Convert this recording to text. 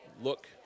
look